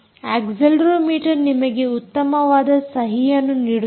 accelerometer ನಿಮಗೆ ಉತ್ತಮವಾದ ಸಹಿಯನ್ನು ನೀಡುತ್ತದೆ